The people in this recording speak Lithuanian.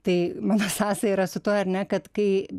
tai mano sąsaja yra su tuo ar ne kad kai